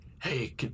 hey